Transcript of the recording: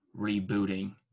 rebooting